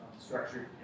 structured